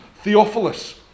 Theophilus